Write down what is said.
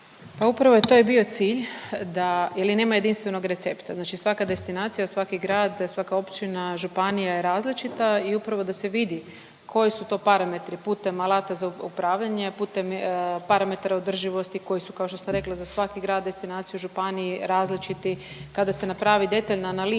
Pa upravo je to bio cilj da, ili nema jedinstvenog recepta, znači svaka destinacija, svaki grad, svaka općina, županija je različita i upravo da se vidi koji su to parametri putem alata za upravljanje, putem parametara održivosti koji su kao što ste rekli za svaki grad, destinaciju u županiji različiti, kada se napravi detaljna analiza,